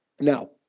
Now